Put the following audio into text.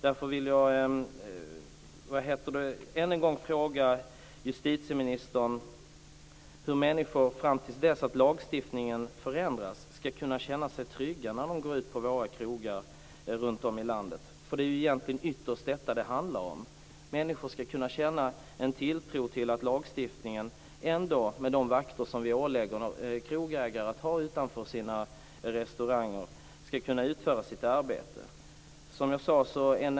Därför vill jag än en gång fråga justitieministern hur människor fram till dess att lagstiftningen ändras skall kunna känna sig trygga när de går ut på krogar runt om i landet. Det är egentligen ytterst detta det handlar om. Människor skall kunna känna en tilltro till att de vakter som vi genom lagstiftningen ålägger krogägare att ha utanför restaurangerna skall kunna utföra sitt arbete.